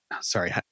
Sorry